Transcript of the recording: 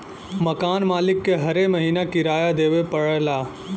मकान मालिक के हरे महीना किराया देवे पड़ऽला